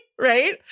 right